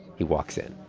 he walks in